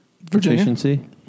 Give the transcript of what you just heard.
Virginia